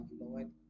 Lord